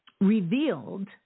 revealed